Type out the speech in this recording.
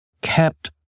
kept